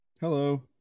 Hello